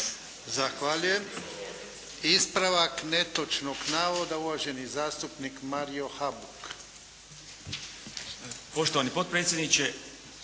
bu išlo. Ispravak netočnog navoda uvaženi zastupnik Mirando